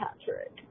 Patrick